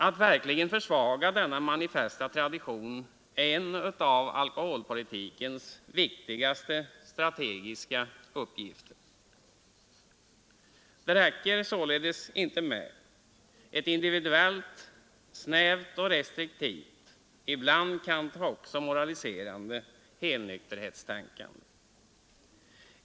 Att verkligen försvaga denna manifesta tradition är en av alkoholpolitikens viktigaste strategiska uppgifter. Det räcker således inte med ett individuellt, snävt och restriktivt, ibland kanske moraliserande helnykterhetstänkande.